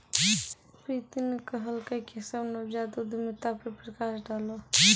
प्रीति न कहलकै केशव नवजात उद्यमिता पर प्रकाश डालौ